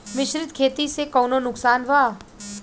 मिश्रित खेती से कौनो नुकसान वा?